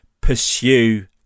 pursue